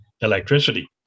electricity